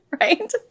right